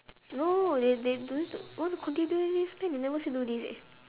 no they they don't need to want to continue doing this meh they never say do this eh